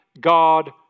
God